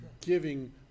giving